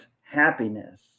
happiness